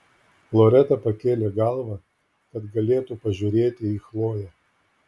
loreta pakėlė galvą kad galėtų pažiūrėti į chloję